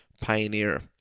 Pioneer